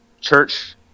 church